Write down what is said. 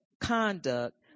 conduct